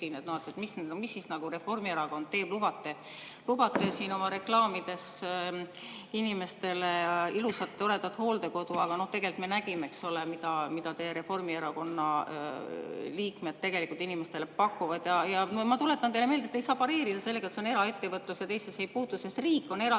et mis siis Reformierakond teeb. Lubate siin oma reklaamides inimestele ilusat toredat hooldekodu, aga me nägime, eks ole, mida Reformierakonna liikmed tegelikult inimestele pakuvad. Ja ma tuletan teile meelde, et te ei saa pareerida sellega, et see on eraettevõtlus ja teisse see ei puutu. Riik on eraldanud